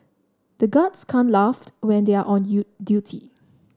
the guards can't laugh when they are on duty